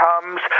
comes